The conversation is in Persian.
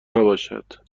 نباشد